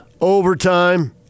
overtime